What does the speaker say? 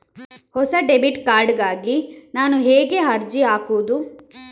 ಹೊಸ debit card ಗಾಗಿ ನಾನು ಹೇಗೆ ಅರ್ಜಿ ಹಾಕುದು?